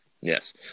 Yes